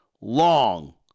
long